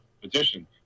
petition